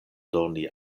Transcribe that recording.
doni